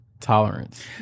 tolerance